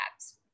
apps